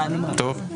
טוב.